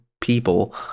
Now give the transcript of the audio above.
people